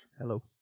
Hello